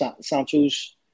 Sancho's